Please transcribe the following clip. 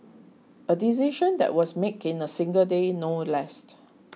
a decision that was made in a single day no less the